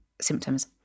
symptoms